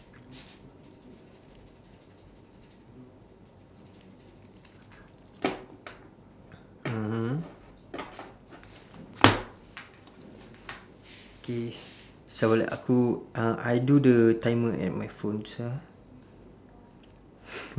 K sabar eh aku uh I do the timer at my phone sia